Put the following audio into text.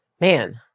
man